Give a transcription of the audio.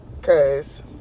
Cause